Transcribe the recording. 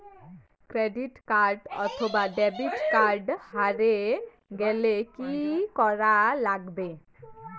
Credit card অথবা debit card হারে গেলে কি করা লাগবে?